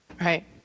right